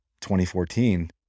2014